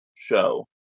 show